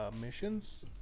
missions